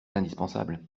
indispensable